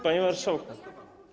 Panie marszałku.